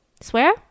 Swear